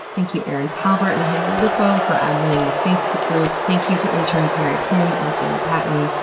thank you erin talbert and hannah lipow for adminning the facebook group. thank you to interns haeri kim and caleb patton,